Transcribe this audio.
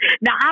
Now